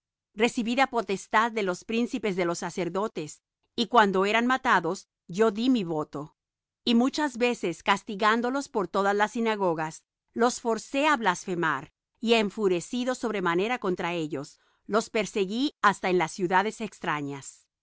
santos recibida potestad de los príncipes de los sacerdotes y cuando eran matados yo dí mi voto y muchas veces castigándolos por todas las sinagogas los forcé á blasfemar y enfurecido sobremanera contra ellos los perseguí hasta en las ciudades extrañas